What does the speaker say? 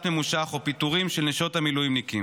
ממושך או פיטורים של נשות המילואימניקים,